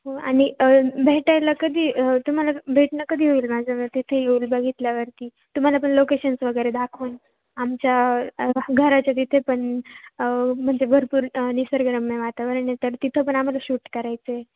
हो आणि भेटायला कधी तुम्हाला भेटणं कधी होईल माझं तिथे येईल बघितल्यावरती तुम्हाला पण लोकेशन्स वगैरे दाखवून आमच्या घराच्या तिथे पण म्हणजे भरपूर निसर्गरम्य वातावरण आहे तर तिथं पण आम्हाला शूट करायचं आहे